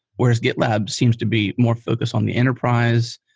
whereas gitlab seems to be more focused on the enterprise,